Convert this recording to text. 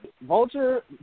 Vulture